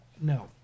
No